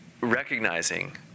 recognizing